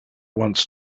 once